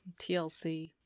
TLC